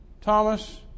Thomas